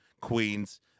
Queens